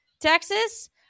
Texas